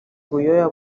buyoya